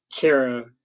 Kara